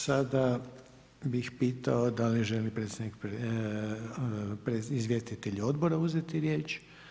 Sada bih pitao da li želi izvjestitelji Odbora uzeti riječ?